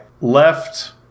left